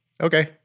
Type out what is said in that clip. okay